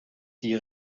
die